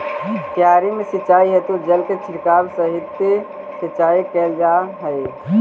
क्यारी में सिंचाई हेतु जल छोड़के सतही सिंचाई कैल जा हइ